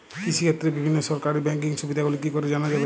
কৃষিক্ষেত্রে বিভিন্ন সরকারি ব্যকিং সুবিধাগুলি কি করে জানা যাবে?